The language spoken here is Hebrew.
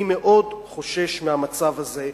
אני מאוד חושש מהמצב הזה,